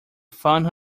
found